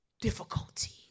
difficulty